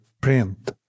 print